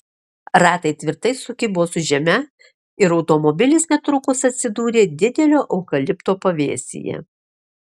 ratai tvirtai sukibo su žeme ir automobilis netrukus atsidūrė didelio eukalipto pavėsyje